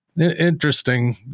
Interesting